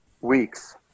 weeks